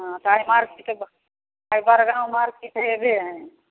हँ तऽ आइ मार्केट हइ बड़गाँव मार्केट हइबे हइ